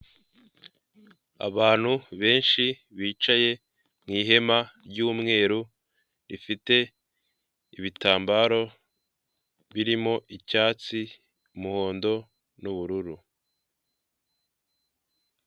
Abantu benshi bicaye mu ihema ry'umweru rifite ibitambaro birimo icyatsi, umuhondo n'ubururu.